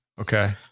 Okay